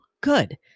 good